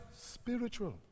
spiritual